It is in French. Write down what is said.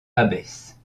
abbesse